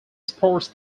sports